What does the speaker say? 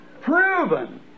proven